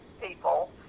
people